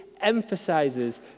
emphasizes